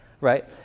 right